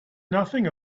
nothing